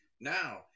Now